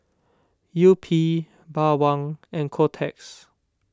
Yupi Bawang and Kotex